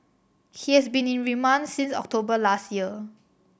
he has been in remand since October last year